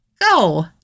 Go